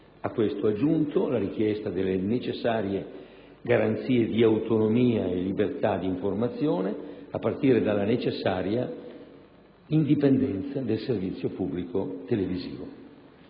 A questo ha aggiunto la richiesta delle necessarie garanzie di autonomia e libertà di informazione, a partire dalla necessaria indipendenza del servizio pubblico televisivo.